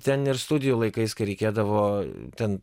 ten ir studijų laikais kai reikėdavo ten